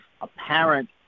apparent